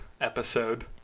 episode